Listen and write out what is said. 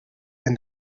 and